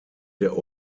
der